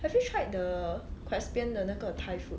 have you tried the CresPion 的那个 thai food